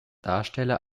darsteller